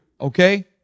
okay